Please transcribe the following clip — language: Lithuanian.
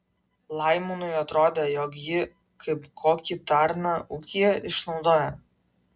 laimonui atrodė jog jį kaip kokį tarną ūkyje išnaudoja